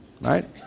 Right